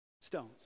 stones